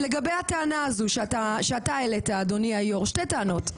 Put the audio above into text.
לגבי הטענה הזו שאתה היושב ראש העלית, שתי טענות.